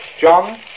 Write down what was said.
John